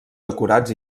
decorats